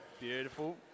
Beautiful